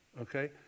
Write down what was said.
Okay